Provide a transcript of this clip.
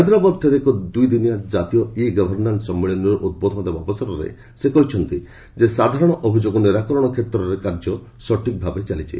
ହାଇଦ୍ରାବାଦଠାରେ ଏକ ଦୁଇଦିନିଆ ଜାତୀୟ ଇ ଗଭର୍ଣ୍ଣାନ୍ ସମ୍ମିଳନୀରେ ଉଦ୍ବୋଧନ ଦେବା ଅବସରରେ ସେ କହିଛନ୍ତି ସାଧାରଣ ଅଭିଯୋଗ ନିରାକରଣ କ୍ଷେତ୍ରରେ କାର୍ଯ୍ୟ ସଠିକ୍ ରୂପେ ଚାଲିଛି